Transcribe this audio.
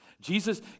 Jesus